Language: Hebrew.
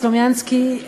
מר סלומינסקי,